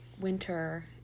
winter